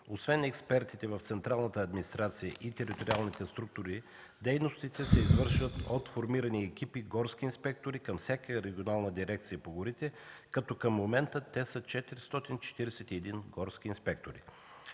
освен експертите в централната администрация и териториалните структури, дейностите се извършват от формирани екипи горски инспектори към всяка регионална дирекция по горите, като към момента те са 441 горски инспектори.